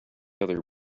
other